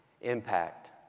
Impact